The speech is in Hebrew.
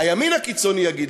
הימין הקיצוני יאמר לך: